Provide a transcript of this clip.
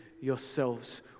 yourselves